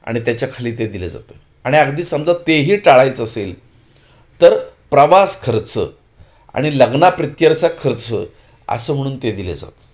आणि त्याच्याखाली ते दिलं जातं आणि अगदी समजा ते ही टाळायचं असेल तर प्रवास खर्च आणि लग्नाप्रित्यर्थ खर्च असं म्हणून ते दिलं जातं